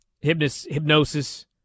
Hypnosis